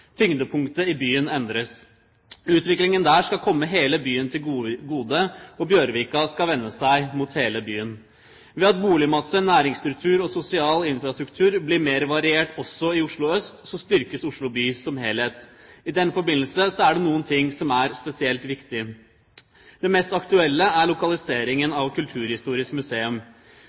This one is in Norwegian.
tyngdepunktet i byen endres. Utviklingen der skal komme hele byen til gode, og Bjørvika skal vende seg mot hele byen. Ved at boligmasse, næringsstruktur og sosial infrastruktur blir mer variert også i Oslo øst, styrkes Oslo by som helhet. I den forbindelse er det noen ting som er spesielt viktig: Det mest aktuelle er lokaliseringen av Kulturhistorisk museum.